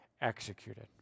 executed